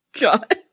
God